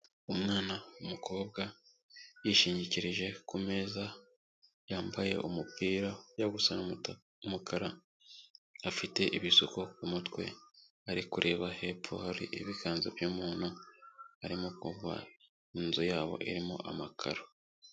Umwana w'umukobwa, yishingikirije ku meza, yambaye umupira ujya gusa n'umukara, afite ibisuko ku mutwe, ari kureba hepfo hari ibiganza by'umuntu, arimo kuza, inzu yabo irimo amakararo.